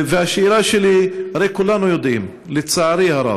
והשאלה שלי: הרי כולנו יודעים, לצערי הרב,